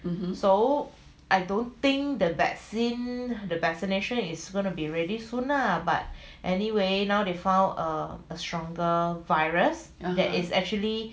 ah